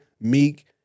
Meek